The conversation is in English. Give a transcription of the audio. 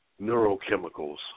neurochemicals